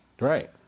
right